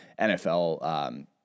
NFL